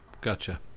Gotcha